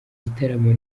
gitaramo